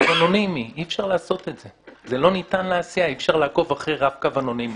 אי-אפשר לעקוב אחרי רב-קו אנונימי.